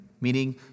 meaning